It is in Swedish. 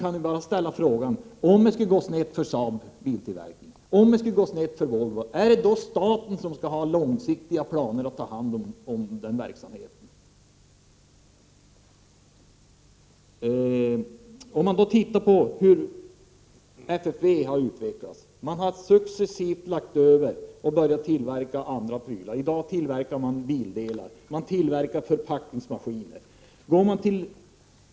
Men jag ställer frågan igen: Om det skulle gå snett för Saab:s flygtillverkning, om det skulle gå snett för Volvo, är det då staten som skall ha långsiktiga planer för att ta hand om den verksamheten? Man kan se på hur FFV har utvecklats. Där har man successivt lagt över verksamheten och börjat tillverka andra saker. I dag tillverkar man bildelar och förpackningsmaskiner.